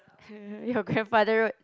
your grandfather road